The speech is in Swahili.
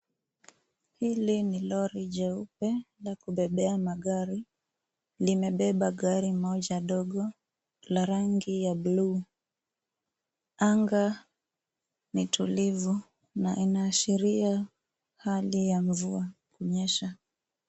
Hili ni lori jeupe la kubebea magari. Limebeba gari moja dogo la rangi ya buluu. Anga ni tulivu na inaashiria hali ya mvua kunyesha.